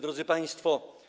Drodzy Państwo!